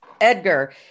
edgar